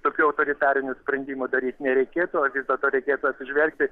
tokių autoritarinių sprendimų daryti nereikėtų vis dėlto reikėtų atsižvelgti